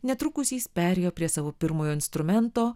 netrukus jis perėjo prie savo pirmojo instrumento